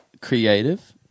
creative